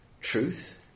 truth